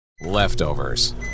Leftovers